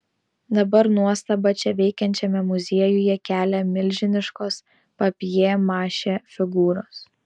dabar nuostabą čia veikiančiame muziejuje kelia milžiniškos papjė mašė figūros